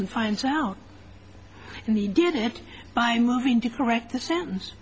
and finds out and he did it by moving to correct the sentence